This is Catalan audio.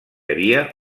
havia